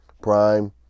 Prime